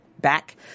back